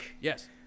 Yes